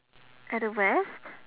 at the west